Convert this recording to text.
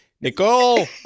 Nicole